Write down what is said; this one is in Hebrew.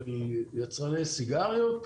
של יצרני סיגריות,